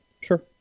Sure